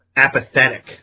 apathetic